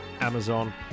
Amazon